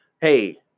hey